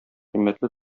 кыйммәтле